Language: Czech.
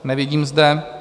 Nevidím zde.